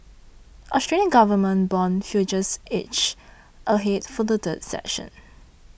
Australian government bond futures inched ahead for a third session